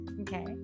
okay